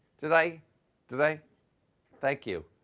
did i did i thank you.